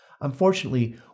unfortunately